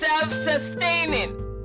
self-sustaining